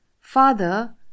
Father